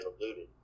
alluded